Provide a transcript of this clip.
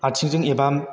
आथिंजों एबा